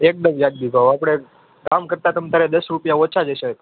એકદમ વ્યાજબી ભાવ આપણે ગામ કરતાં તમ તારે દસ રૂપિયા ઓછા છે સાહેબ